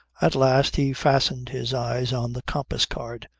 at last he fastened his eyes on the compass card,